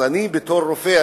בתור רופא,